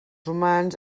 humans